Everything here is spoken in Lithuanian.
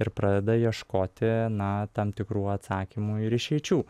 ir pradeda ieškoti na tam tikrų atsakymų ir išeičių